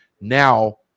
now